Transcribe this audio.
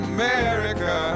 America